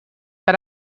but